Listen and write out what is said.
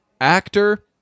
actor